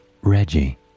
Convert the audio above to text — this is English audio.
Reggie